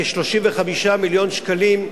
כ-35 מיליון שקלים,